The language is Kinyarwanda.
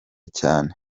cyane